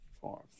four